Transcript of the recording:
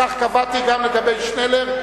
כך קבעתי גם לגבי שנלר,